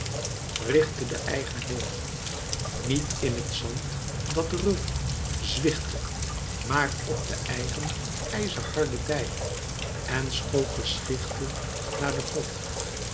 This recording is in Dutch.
richtte de eigen boog niet in het zand dat rul zwichtte maar op de eigen ijzerharde dij en schoot de schichten naar den god